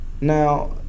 Now